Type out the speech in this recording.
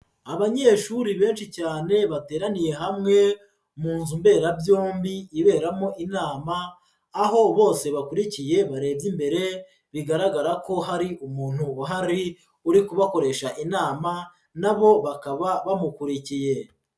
Abanyeshuri benshi cyane, bateraniye hamwe mu nzu mberabyombi iberamo inama, aho bose bakurikiye barebye imbere, bigaragara ko hari umuntu uhari uri kubakoresha inama nabo bakaba bamukurikiye.